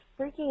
freaking